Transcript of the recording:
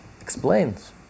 explains